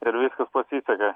ir viskas pasiseka